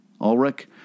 Ulrich